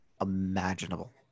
imaginable